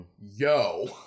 Yo